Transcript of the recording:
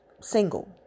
single